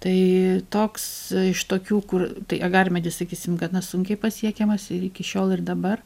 tai toks iš tokių kur tai agarmedis sakysim gana sunkiai pasiekiamas ir iki šiol ir dabar